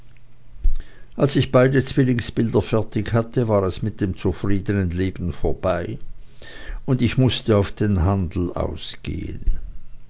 als ich beide zwillingsbilder fertig hatte war es mit dem zufriedenen leben vorbei und ich mußte auf den handel ausgehen